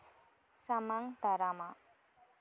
ᱥᱟᱢᱟᱝ ᱫᱟᱨᱟᱢᱟ